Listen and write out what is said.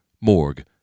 Morgue